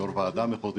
יו"ר ועדה מחוזית,